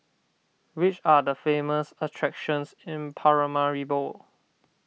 which are the famous attractions in Paramaribo